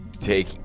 take